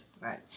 Right